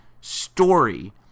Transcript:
story